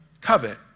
covet